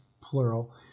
plural